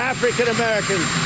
African-Americans